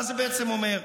מה זה בעצם אומר?